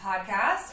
Podcast